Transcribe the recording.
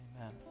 Amen